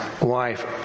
wife